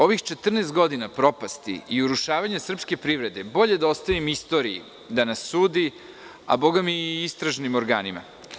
Ovih 14 godina propasti i urušavanja srpske privrede bolje da ostavim istoriji da nam sudi, a boga mi i istražnim ogranima.